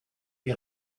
die